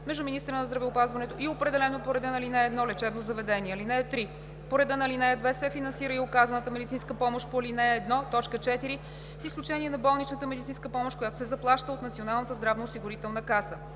между министъра на здравеопазването и определеното по реда на ал. 1 лечебно заведение. (3) По реда на ал. 2 се финансира и оказаната медицинска помощ по ал. 1, т. 4 с изключение на болничната медицинска помощ, която се заплаща от Националната здравноосигурителна каса.